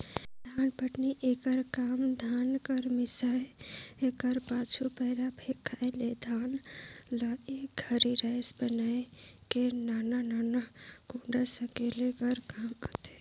धानपटनी एकर काम धान कर मिसाए कर पाछू, पैरा फेकाए ले धान ल एक घरी राएस बनाए के नान नान कूढ़ा सकेले कर काम आथे